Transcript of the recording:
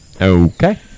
Okay